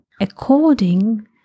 according